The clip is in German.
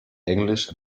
englisch